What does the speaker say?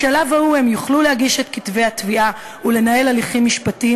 בשלב ההוא הם יוכלו להגיש את כתבי התביעה ולנהל הליכים משפטיים